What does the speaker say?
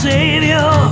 Savior